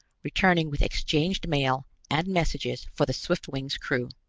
returning with exchanged mail and messages for the swiftwing s crew.